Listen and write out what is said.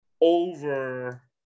over